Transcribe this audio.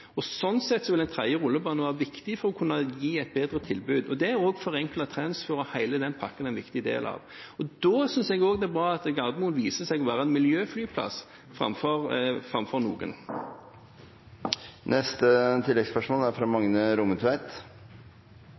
Sånn sett vil en tredje rullebane være viktig for å kunne gi et bedre tilbud. Det er også forenklet transfer og hele den pakken en viktig del av. Da synes jeg det også er bra at Gardermoen viser seg å være en miljøflyplass framfor noen annen. Magne Rommetveit – til oppfølgingsspørsmål. Eg er